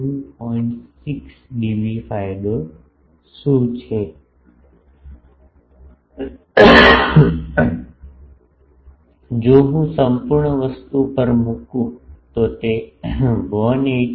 6 dB ફાયદો શું છે કે જો હું સંપૂર્ણ વસ્તુ પર મૂકું તો તે 181